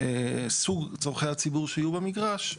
סוג צורכי הציבור שיהיו במגרש,